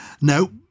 No